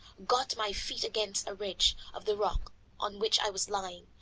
got my feet against a ridge of the rock on which i was lying.